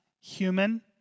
human